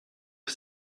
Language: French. que